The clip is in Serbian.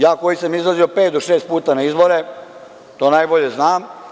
Ja koji sam izlazio pet do šest puta na izbore, to najbolje znam.